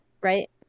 Right